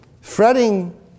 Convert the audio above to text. Fretting